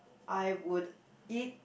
I would eat